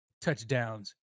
touchdowns